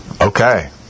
Okay